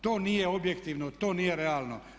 To nije objektivno, to nije realno.